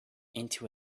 into